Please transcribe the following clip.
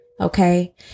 Okay